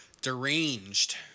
Deranged